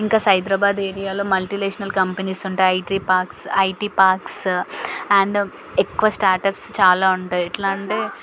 ఇంకా సైబ్రాబాద్ ఏరియాలో multinational companies ఉంటాయి IT parks IT parks and ఎక్కువ స్టార్టప్స్ చాలా ఉంటాయి ఎట్లా అంటే